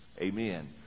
Amen